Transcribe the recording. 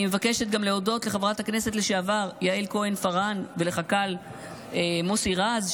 אני מבקשת גם להודות לחברת הכנסת לשעבר יעל כהן פארן ולחכ"ל מוסי רז,